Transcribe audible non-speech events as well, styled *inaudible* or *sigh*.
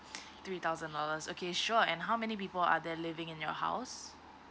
*breath* three thousand dollars okay sure and how many people are there living in your house